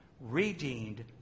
redeemed